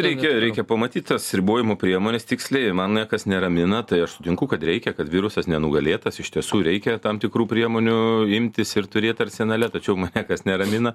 reikia reikia pamatyt tas ribojimo priemones tiksliai mane kas neramina tai aš sutinku kad reikia kad virusas nenugalėtas iš tiesų reikia tam tikrų priemonių imtis ir turėti arsenale tačiau mane kas neramina